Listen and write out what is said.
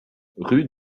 rue